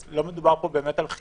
אז לא מדובר פה באמת על חינוך,